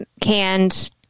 canned